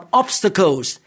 obstacles